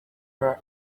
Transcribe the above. were